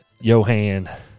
Johan